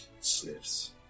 sniffs